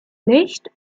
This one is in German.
nicht